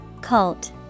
Cult